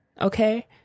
okay